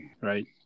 right